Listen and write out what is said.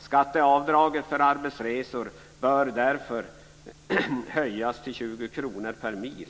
Skatteavdraget för arbetsresor bör därför höjas till 20 kr per mil.